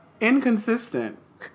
inconsistent